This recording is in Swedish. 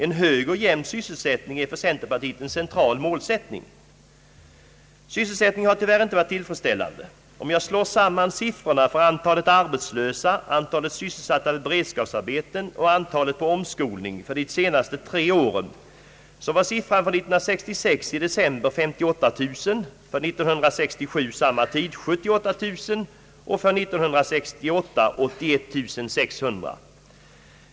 En hög och jämn sysselsättning är för centerpartiet en central målsättning. Sysselsättningen har tyvärr inte varit tillfredsställande. Om jag slår samman siffrorna för antalet arbetslösa, antalet sysselsatta vid beredskapsarbeten och antalet på omskolning för de senaste tre åren, så var siffran år 1966 i december 58 000, år 1967 vid samma tid var den 78000 och 1968 var den 81 600.